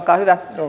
olkaa hyvä